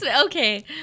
Okay